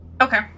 Okay